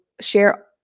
share